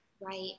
Right